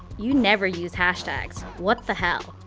you never use hashtags. what the hell.